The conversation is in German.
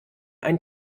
ein